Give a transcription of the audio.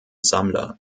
sammler